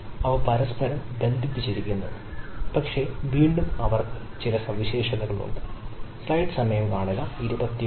അവ പരസ്പരം ബന്ധിപ്പിച്ചിരിക്കുന്നു പക്ഷേ വീണ്ടും അവർക്ക് ചില പ്രത്യേക സവിഷേതകളുണ്ട്